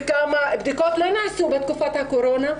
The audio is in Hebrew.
וכמה בדיקות לא נעשו בתקופת הקורונה,